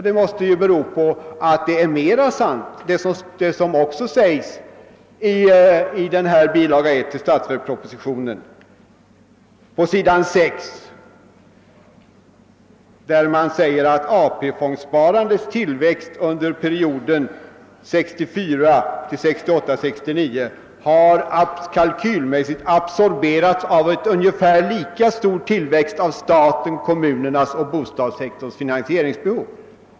Det måste bero på att det som sägs på s. 6 i den preliminära nationalbudgeten är mera sant, nämligen att AP-fondssparandets tillväxt under perioden 1964 till 1968 och 1969 har »kalkylmässigt absorberats av en ungefär lika stor tillväxt av statens, kommunernas och bostadssektorns finansieringsbehov.